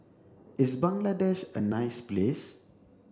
is Bangladesh a nice place